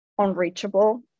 unreachable